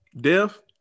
Death